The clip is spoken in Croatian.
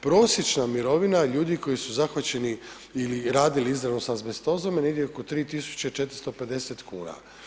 Prosječna mirovina ljudi koji su zahvaćeni ili radili izravno s azbestozom je negdje oko 3.450,00 kn.